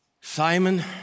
Simon